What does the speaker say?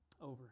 over